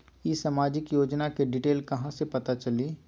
ई सामाजिक योजना के डिटेल कहा से पता चली?